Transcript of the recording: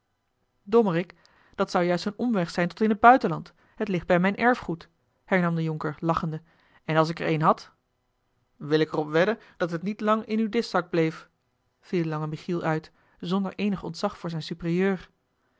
dommerik dat zou juist een omweg zijn tot in t buitenland het ligt bij mijn erfgoed hernam de jonker lachende en als ik er een had wil ik er op wedden dat het niet lang in uw diszak bleef viel lange michiel uit zonder eenig ontzag voor zijn superieur